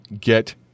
get